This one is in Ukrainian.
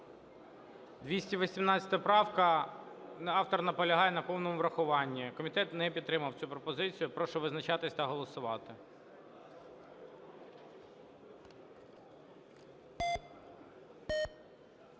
218 правка, автор наполягає на повному врахуванні. Комітет не підтримав цю пропозицію. Прошу визначатися та голосувати.